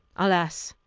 alas!